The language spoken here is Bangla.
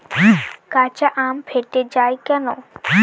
কাঁচা আম ফেটে য়ায় কেন?